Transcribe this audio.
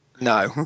No